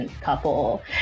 couple